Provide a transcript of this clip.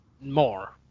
more